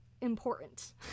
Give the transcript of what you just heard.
important